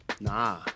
Nah